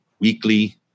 weekly